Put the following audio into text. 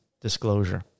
disclosure